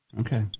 Okay